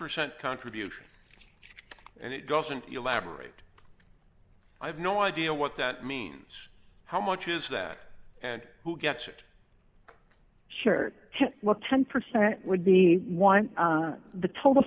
percent contribution and it doesn't elaborate i have no idea what that means how much is that and who gets it shared what ten percent would be one the total